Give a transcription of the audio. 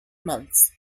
months